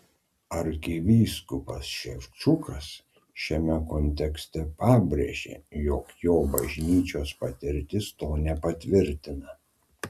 arkivyskupas ševčukas šiame kontekste pabrėžė jog jo bažnyčios patirtis to nepatvirtina